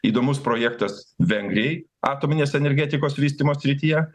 įdomus projektas vengrijai atominės energetikos vystymo srityje